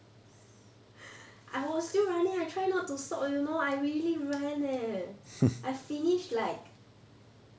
I was still running I try not to stop or you know I really ran leh I finish like